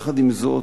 עם זאת,